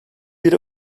bir